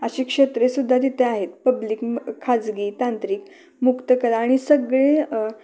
अशी क्षेत्रेसुद्धा जिथे आहेत पब्लिक खाजगी तांत्रिक मुक्तकला आणि सगळे